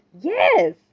Yes